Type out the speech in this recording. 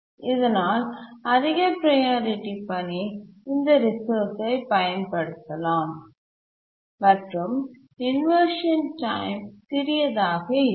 இதனால் அதிக ப்ரையாரிட்டி பணி இந்த ரிசோர்ஸ்ஐ பயன்படுத்தலாம் மற்றும் இன்வர்ஷன் டைம் சிறியதாக இருக்கும்